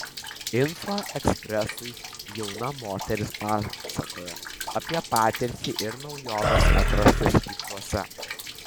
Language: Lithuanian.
info ekspresui jauna moteris pasakojo apie patirtį ir naujoves atrastas rytuose